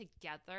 together